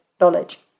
knowledge